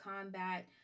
combat